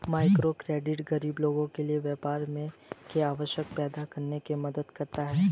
microcredit गरीब लोगों के लिए व्यापार के अवसर पैदा करने में मदद करता है